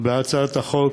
בהצעת החוק